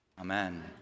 Amen